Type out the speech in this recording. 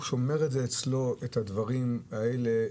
הוא שומר אצלו את הדברים האלה.